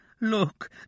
Look